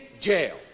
jail